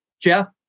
Jeff